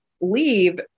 leave